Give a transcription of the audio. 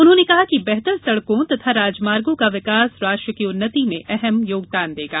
उन्होंने कहा कि बेहतर सड़कों तथा राजमार्गो का विकास राष्ट्र की उन्नति में अहम योगदान देगा